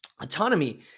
Autonomy